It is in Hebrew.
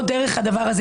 לא דרך זה.